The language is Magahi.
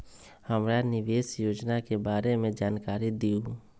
हमरा निवेस योजना के बारे में जानकारी दीउ?